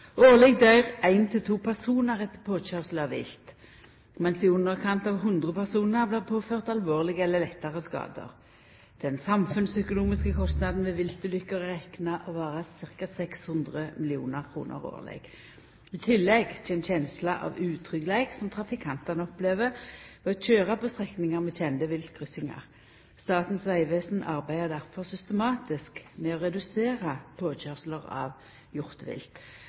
personar etter påkøyrsel av vilt, mens i underkant av 100 personar blir påførte alvorlege eller lettare skadar. Den samfunnsøkonomiske kostnaden ved viltulukker er berekna til å vera ca. 600 mill. kr årleg. I tillegg kjem kjensla av utryggleik som trafikantane opplever ved å køyra på strekningar med kjende viltkryssingar. Statens vegvesen arbeider difor systematisk med å redusera påkøyrsler av hjortevilt. Ein stor del av